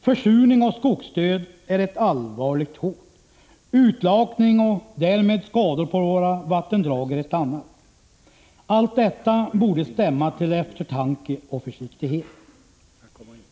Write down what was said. Försurning och skogsdöd är ett allvarligt hot, utlakning och därmed skador på våra vattendrag är ett annat. Allt detta borde stämma till eftertanke och försiktighet.